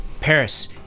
paris